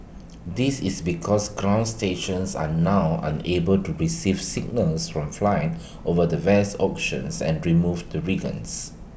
this is because ground stations are now unable to receive signals from flights over the vast oceans and remove the regions